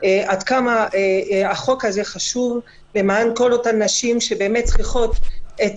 עד כמה החוק הזה חשוב למען כל אותן נשים שבאמת צריכות את